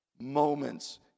moments